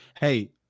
hey